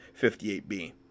58b